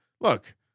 look